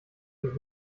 dem